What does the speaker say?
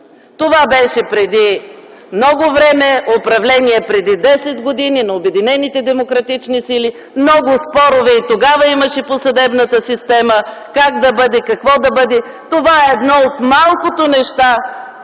Това беше преди много време – управление преди 10 години, на Обединените демократични сили. И тогава имаше много спорове по съдебната система – как да бъде, какво да бъде. Това е едно от малкото неща,